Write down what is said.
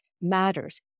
matters